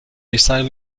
missile